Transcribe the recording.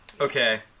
Okay